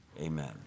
Amen